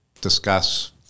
discuss